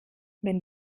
wenn